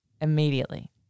immediately